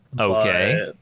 Okay